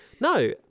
No